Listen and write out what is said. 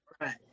right